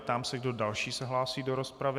Ptám se, kdo další se hlásí do rozpravy.